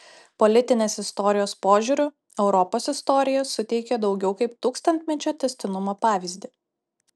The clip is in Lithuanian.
politinės istorijos požiūriu europos istorija suteikia daugiau kaip tūkstantmečio tęstinumo pavyzdį